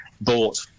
bought